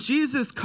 Jesus